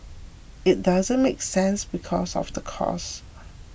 it doesn't make sense because of the cost